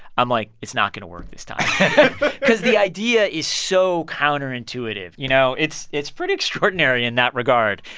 i'm like, it's not going to work this time because the idea is so counterintuitive. you know, it's it's pretty extraordinary in that regard.